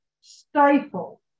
stifle